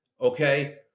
okay